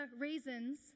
reasons